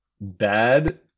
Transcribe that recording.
bad